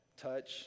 touch